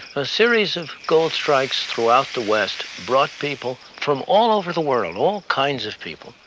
a series of gold strikes throughout the west brought people from all over the world, all kinds of people.